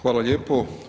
Hvala lijepo.